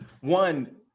one